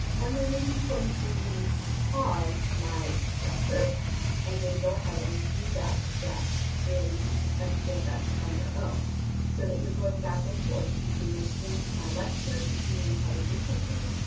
and, there may be points where you need to pause my lecture and then go ahead and do that step in ah spss on your own so that you're going back and forth between listening to my lecture, seeing how to do something,